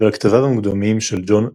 ועל כתביו המוקדמים של ג'ון אפדייק.